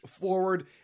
forward